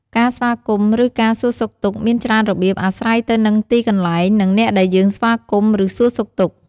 ការស្វាគមន៍ ឬការសួរសុខទុក្ខមានច្រើនរបៀបអាស្រ័យទៅនឹងទីកន្លែង និងអ្នកដែលយើងស្វាគមន៍ ឬសួរសុខទុក្ខ។